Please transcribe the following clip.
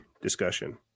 discussion